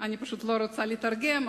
אני פשוט לא רוצה לתרגם,